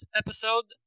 episode